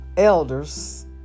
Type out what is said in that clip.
Elders